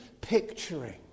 picturing